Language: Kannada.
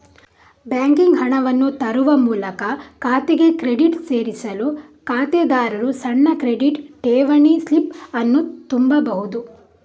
ಬ್ಯಾಂಕಿಗೆ ಹಣವನ್ನು ತರುವ ಮೂಲಕ ಖಾತೆಗೆ ಕ್ರೆಡಿಟ್ ಸೇರಿಸಲು ಖಾತೆದಾರರು ಸಣ್ಣ ಕ್ರೆಡಿಟ್, ಠೇವಣಿ ಸ್ಲಿಪ್ ಅನ್ನು ತುಂಬಬಹುದು